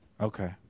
Okay